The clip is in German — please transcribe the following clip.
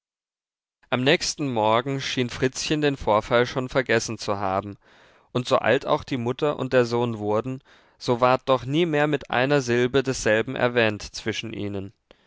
am nächsten morgen schien fritzchen den vorfall schon vergessen zu haben und so alt auch die mutter und der sohn wurden so ward doch nie mehr mit einer silbe desselben erwähnt zwischen ihnen